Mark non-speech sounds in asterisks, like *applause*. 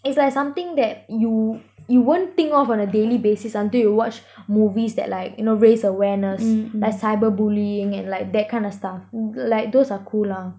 it's like something that you you won't think of on a daily basis until you watch *breath* movies that like you know raise awareness like cyberbullying and like that kind of stuff like those are cool lah